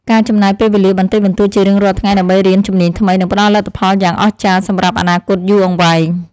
ការចំណាយពេលវេលាបន្តិចបន្តួចជារៀងរាល់ថ្ងៃដើម្បីរៀនជំនាញថ្មីនឹងផ្តល់លទ្ធផលយ៉ាងអស្ចារ្យសម្រាប់អនាគតយូរអង្វែង។